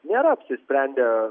nėra apsisprendę